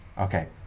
Okay